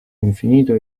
infinito